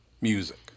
music